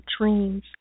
dreams